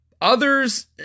Others